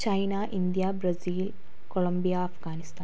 China India Brazil Colombia Afghanistan